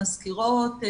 מזכירות,